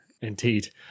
Indeed